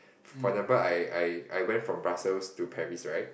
for example I I I went from Brussels to Paris right